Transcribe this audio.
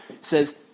says